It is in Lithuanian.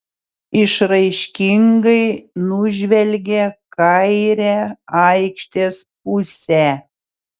išraiškingai nužvelgė kairę aikštės pusę